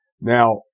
Now